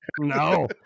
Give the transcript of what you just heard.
No